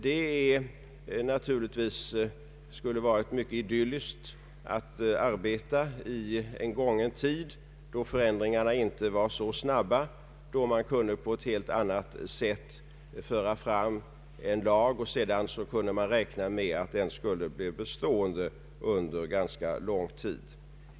Det skulle naturligtvis ha varit mycket idylliskt att arbeta i en gången tid, då förändringarna inte var så snabba, då man kunde räkna med att en ny lag skulle kunna bli bestående under en ganska lång tid.